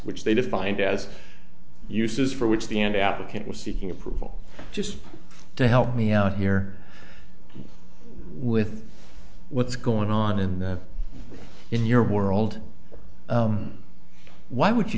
which they defined as uses for which the end applicant was seeking approval just to help me out here with what's going on and in your world why would you